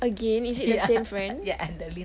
again is it the same friend